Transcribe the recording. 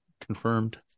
confirmed